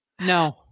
no